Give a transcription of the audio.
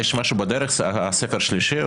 יש משהו בדרך, ספר שלישי?